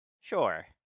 Sure